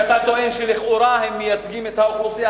שאתה טוען שלכאורה הם מייצגים את האוכלוסייה,